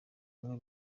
bamwe